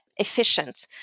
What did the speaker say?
efficient